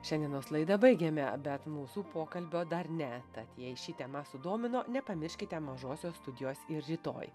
šiandienos laidą baigėme bet mūsų pokalbio dar ne tad jei ši tema sudomino nepamirškite mažosios studijos ir rytoj